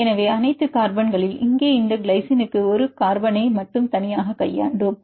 எனவே அனைத்து கார்பன்களில் இங்கே இந்த கிளைசினுக்கு ஒரு கார்பனை தனியாக கையாண்டோம்